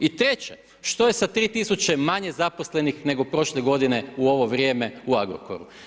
I treće što je sa 3 tisuće manje zaposlenih nego prošle godine u ovo vrijeme u Agrokoru?